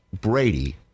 Brady